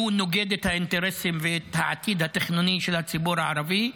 שהוא נוגד את האינטרסים ואת העתיד התכנוני של הציבור הערבי,